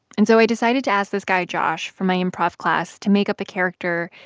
and so i decided to ask this guy josh from my improv class to make up a character,